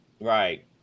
Right